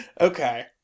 Okay